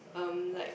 erm like